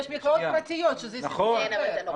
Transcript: יש מקוואות פרטיים שזה סיפור אחר.